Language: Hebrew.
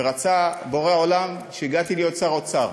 ורצה בורא עולם שהגעתי להיות שר אוצר,